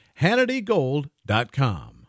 HannityGold.com